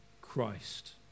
Christ